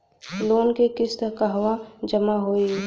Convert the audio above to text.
Loan के किस्त कहवा जामा होयी?